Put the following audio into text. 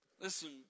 Listen